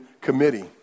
committee